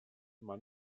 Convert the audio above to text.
man